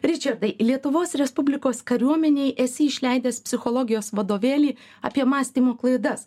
ričardai lietuvos respublikos kariuomenėj esi išleidęs psichologijos vadovėlį apie mąstymo klaidas